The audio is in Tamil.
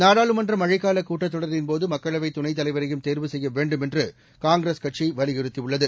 நாடாளுமன்ற மழைக்கால கூட்டத் தொடரின்போது மக்களவை துணைத் தலைவரையும் தேர்வு செய்ய வேண்டும் என்று காங்கிரஸ் கட்சி வலியுறுத்தியுள்ளது